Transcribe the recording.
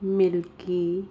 milky